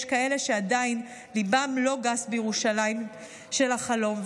יש כאלה שעדיין ליבם לא גס בירושלים של החלום.